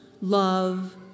love